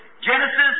Genesis